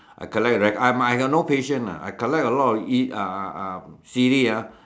I collect like I I got no patient lah I collect a lot of E uh uh uh C_D ah